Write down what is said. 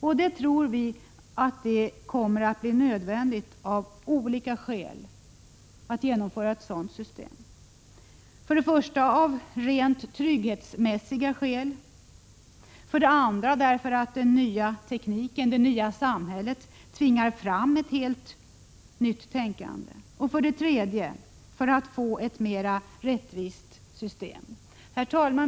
Vi tror att det av olika skäl kommer att bli nödvändigt att genomföra ett sådant system: För det första av rent trygghetsmässiga skäl, för det andra därför att den nya tekniken och det nya samhället tvingar fram ett helt nytt tänkande och för det tredje för att få ett mer rättvist system. Herr talman!